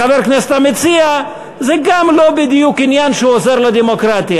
חברי הכנסת, כל אחד יצביע מה שהוא מבין, בהצבעה.